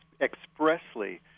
expressly